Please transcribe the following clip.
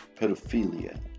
pedophilia